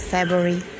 February